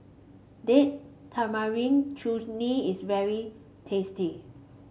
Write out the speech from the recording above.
Date Tamarind Chutney is very tasty